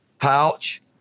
pouch